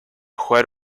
jugar